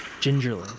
gingerly